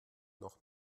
noch